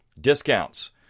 discounts